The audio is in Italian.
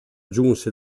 giunse